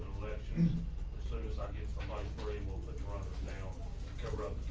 or soon as i get somebody we're able but to run this down,